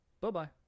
Bye-bye